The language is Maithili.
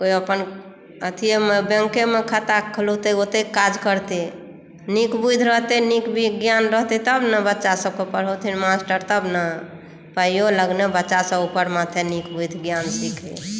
कोई अपन एथीयेमे बैंके मे खाता खोलौतै ओतै काज करतै नीक बुद्धि रहतै नीक ज्ञान रहतै तब ने बच्चा सभकेँ पढ़ौथिन मास्टर तब ने पाइयो लगने बच्चा सभ ऊपर माथे नीक बुद्धि ज्ञान सिखै